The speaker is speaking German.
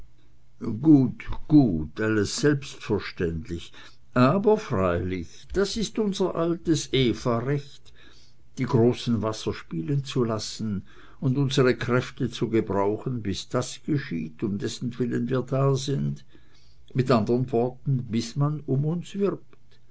gut gut alles selbstverständlich aber freilich das ist unser altes evarecht die großen wasser spielen zu lassen und unsere kräfte zu gebrauchen bis das geschieht um dessentwillen wir da sind mit anderen worten bis man um uns wirbt